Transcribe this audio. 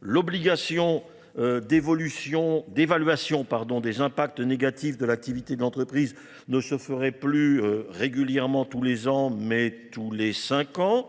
L'obligation d'évaluation des impacts négatifs de l'activité de l'entreprise ne se ferait plus régulièrement tous les ans mais tous les cinq ans.